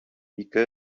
ике